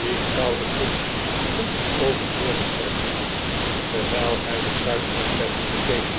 die koude punch vind ik overheerlijk zei pickwick terwijl hij de kruik oplettend bekeek